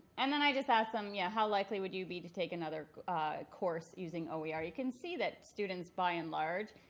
and then i just ask them, yeah how likely would you be to take another course using oer? you can see that students, by and large,